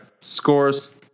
Scores